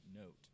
note